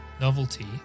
novelty